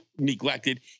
neglected